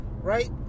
right